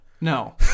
No